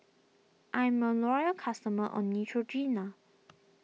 I'm a loyal customer of Neutrogena